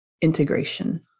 integration